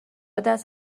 دست